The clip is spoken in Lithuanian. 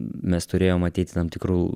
mes turėjom ateiti tam tikru